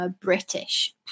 British